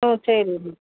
ம் சரிங்க மேம்